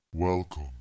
Welcome